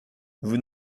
vous